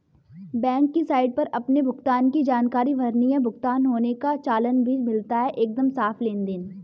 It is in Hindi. बैंक की साइट पर अपने भुगतान की जानकारी भरनी है, भुगतान होने का चालान भी मिलता है एकदम साफ़ लेनदेन